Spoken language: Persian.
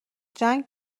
جنگ